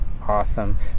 awesome